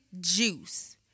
juice